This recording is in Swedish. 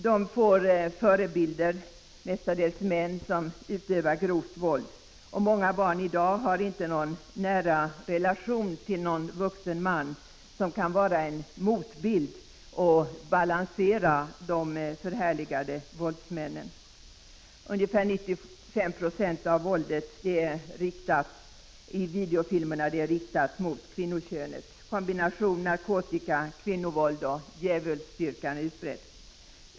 De får förebilder, mestadels män, som utövar grovt våld. Många barn i dag har inte någon nära relation till någon vuxen man som kan utgöra motbild och balans till de förhärligade våldsmännen. Ungefär 95 96 av våldet i videofilmerna är riktat mot kvinnokönet. Kombinationen av narkotika, kvinnovåld och djävulsdyrkan är utbredd.